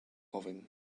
loving